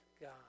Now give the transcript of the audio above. God